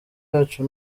yacu